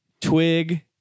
twig